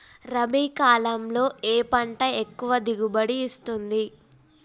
రబీ కాలంలో ఏ పంట ఎక్కువ దిగుబడి ఇస్తుంది?